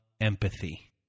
empathy